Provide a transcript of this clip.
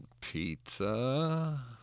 Pizza